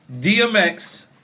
DMX